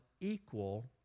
equal